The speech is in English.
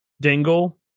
Dingle